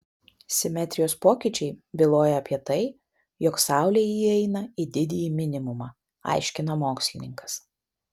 simetrijos pokyčiai byloja apie tai jog saulė įeina į didįjį minimumą aiškina mokslininkas